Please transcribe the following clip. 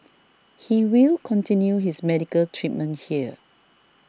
he will continue his medical treatment here